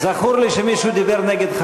זכור לי שמישהו כאן דיבר נגד,